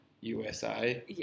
USA